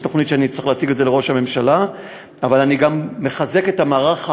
יש תוכנית שאני צריך להציג לראש הממשלה.